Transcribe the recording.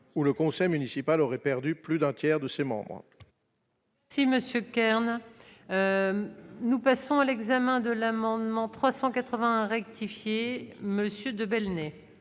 où le conseil municipal aurait perdu plus d'un tiers de ses membres. Si Monsieur Kern, nous passons à l'examen de l'amendement 380 rectifié monsieur de Belenet.